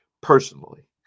personally